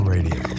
Radio